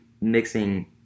mixing